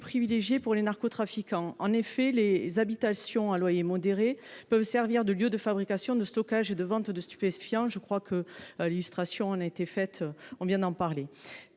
privilégiée pour les narcotrafiquants. En effet, les habitations à loyer modéré peuvent servir de lieu de fabrication, de stockage et de vente de stupéfiants. L’illustration en a été faite dans ce débat.